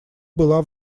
была